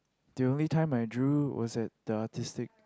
the only time I draw was at the artistic